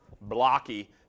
blocky